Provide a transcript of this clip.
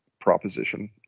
proposition